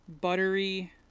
buttery